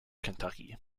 kentucky